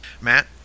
Matt